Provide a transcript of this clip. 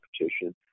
competition